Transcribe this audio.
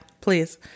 please